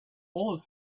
all